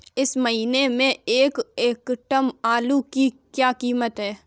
इस महीने एक क्विंटल आलू की क्या कीमत है?